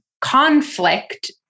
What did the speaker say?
conflict